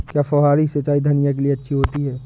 क्या फुहारी सिंचाई धनिया के लिए अच्छी होती है?